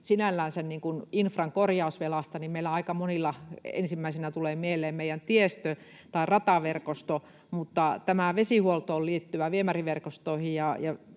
sinällänsä infran korjausvelasta, ja meillä aika monilla ensimmäisenä tulee mieleen meidän tiestö tai rataverkosto, mutta tämä vesihuoltoon, viemäriverkostoihin